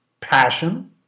passion